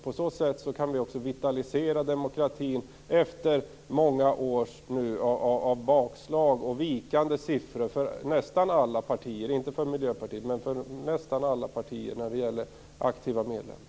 På så sätt kan vi också vitalisera demokratin efter många år av bakslag och vikande siffror - inte för Miljöpartiet men för nästan alla andra partier - när det gäller aktiva medlemmar.